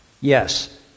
yes